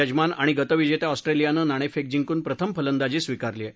यजमान आणि गतविजेत्या ऑस्ट्रेलियाने नाणेफेक जिंकून प्रथम फलंदाजी स्वीकारली आहे